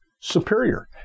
Superior